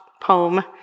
poem